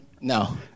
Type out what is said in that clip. No